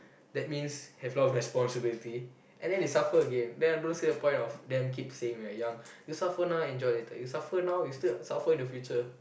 that means have a lot of responsibility and then they suffer again then I don't see the point of them keeping saying we're young you suffer now enjoy later you suffer now you still suffer in the future